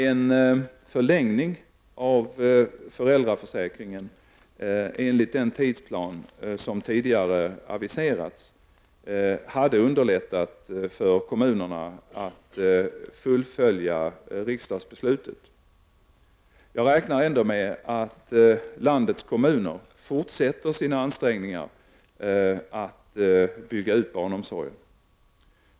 En förlängning av föräldraförsäkringen enligt den tidsplan som tidigare aviserats hade underlättat för kommunerna att fullfölja riksdagsbeslutet. Jag räknar ändå med att landets kommuner fortsätter sina ansträngningar att bygga ut barnomsorgen.